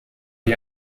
die